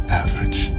average